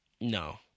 no